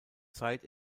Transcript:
zeit